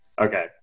Okay